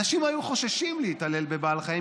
אנשים היו חוששים להתעלל בבעלי חיים,